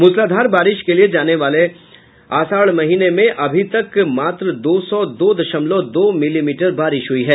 मुसलाधार बारिश के लिये जाने वाले आसाढ़ महीने में अभी तक मात्र दो सौ दो दशमलव दो मिलीमीटर बारिश हुयी है